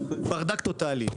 ברדק טוטאלי.